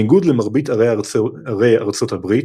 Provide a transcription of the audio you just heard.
בניגוד למרבית ערי ארצות הברית,